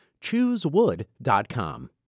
Choosewood.com